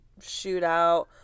shootout